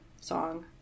song